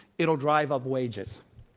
it'll drive up wages.